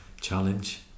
challenge